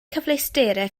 cyfleusterau